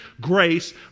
grace